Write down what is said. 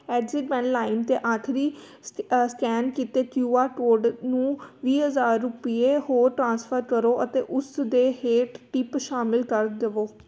Axis Bank ਲਾਇਮ 'ਤੇ ਆਖਰੀ ਸ ਸਕੈਨ ਕੀਤੇ ਕਿਯੂ ਆਰ ਕੋਡ ਨੂੰ ਵੀਹ ਹਜ਼ਾਰ ਰੁਪਈਏ ਹੋਰ ਟ੍ਰਾਂਸਫਰ ਕਰੋ ਅਤੇ ਉਸ ਦੇ ਹੇਠ ਟਿਪ ਸ਼ਾਮਿਲ ਕਰ ਦਵੋ